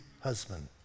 husband